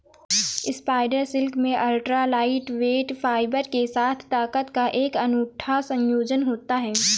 spider silk में ultra lightweight fibre के साथ ताकत का एक अनूठा संयोजन होता है